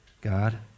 God